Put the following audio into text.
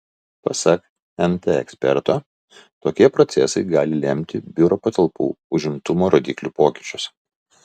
pasak nt eksperto tokie procesai gali lemti biuro patalpų užimtumo rodiklių pokyčius